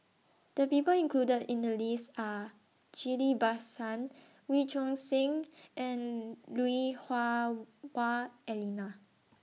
The People included in The list Are Ghillie BaSan Wee Choon Seng and Lui Hah Wah Elena